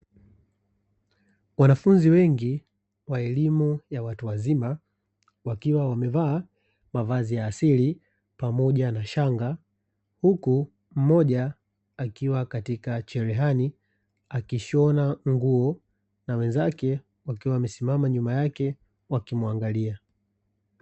Wanafunzi wengi wa elimu ya watu wazima, wakiwa wamevaa mavazi ya asili pamoja na shanga, huku mmoja akiwa katika cherehani akishona nguo, na wenzake wakiwa wamesimama nyuma yake wakimwangalia.